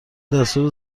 دستور